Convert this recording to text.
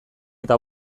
eta